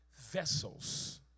vessels